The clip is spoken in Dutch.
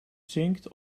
zinkt